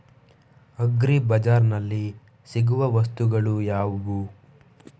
Agri ಬಜಾರ್ನಲ್ಲಿ ಸಿಗುವ ವಸ್ತುಗಳು ಯಾವುವು?